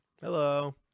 Hello